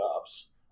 jobs